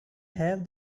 have